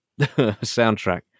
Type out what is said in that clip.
soundtrack